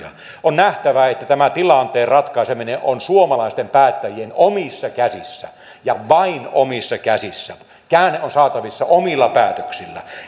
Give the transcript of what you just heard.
on nähtävä että tämän tilanteen ratkaiseminen on suomalaisten päättäjien omissa käsissä ja vain omissa käsissä käänne on saatavissa omilla päätöksillä